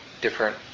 different